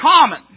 common